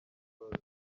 close